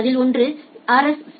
அதில் ஒன்று ரூ